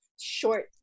short